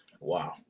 Wow